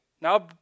Now